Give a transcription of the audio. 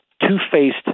two-faced